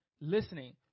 listening